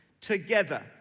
together